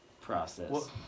process